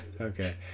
Okay